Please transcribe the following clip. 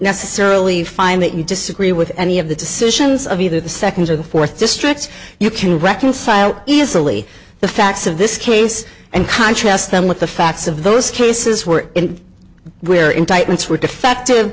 necessarily find that you disagree with any of the decisions of either the seconds or the fourth district you can reconcile easily the facts of this case and contrast them with the facts of those cases were and where indictments were defective